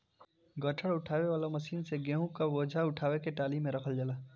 गट्ठर उठावे वाला मशीन से गेंहू क बोझा उठा के टाली में रखल जाला